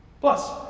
Plus